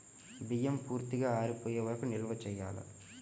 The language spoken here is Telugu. బియ్యం పూర్తిగా ఆరిపోయే వరకు నిల్వ చేయాలా?